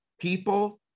People